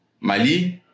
Mali